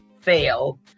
fail